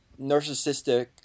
narcissistic